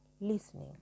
listening